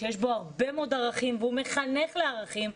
שיש בו הרבה מאוד ערכים והוא מחנך לערכים,